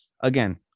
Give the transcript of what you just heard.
again